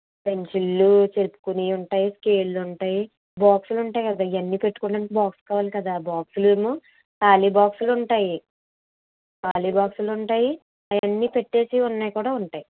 పెన్సిళ్ళు చెరుపుకునేవి ఉంటాయి స్కెళ్ళు ఉంటాయి బాక్సులు ఉంటాయి కదా ఇవన్నీ పెట్టుకోవడానికి బాక్స్ కావాలి కదా బాక్స్లేమో ఖాళీ బాక్సులు ఉంటాయి ఖాళీ బాక్సులు ఉంటాయి అవన్నీ పెట్టేసి ఉన్నవి కూడా ఉంటాయి